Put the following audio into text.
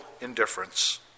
indifference